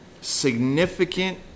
significant